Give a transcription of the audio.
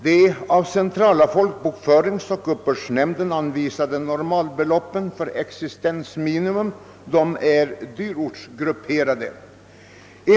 De av centrala folkbokföringsoch uppbördsnämnden upptagna normalbeloppen för existensbeloppen är emellertid dyrortsgrupperade.